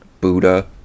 Buddha